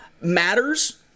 matters